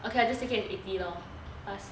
okay lah just take it as eighty lor